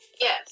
Yes